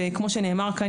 כמו שנאמר כאן,